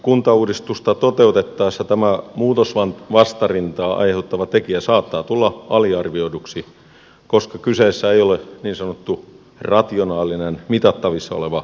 kuntauudistusta toteutettaessa tämä muutosvastarintaa aiheuttava tekijä saattaa tulla aliarvioiduksi koska kyseessä ei ole niin sanottu rationaalinen mitattavissa oleva argumentti